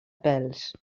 pèls